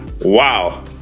Wow